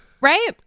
right